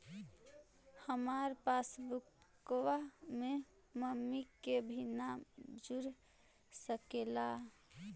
हमार पासबुकवा में मम्मी के भी नाम जुर सकलेहा?